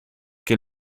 que